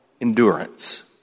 endurance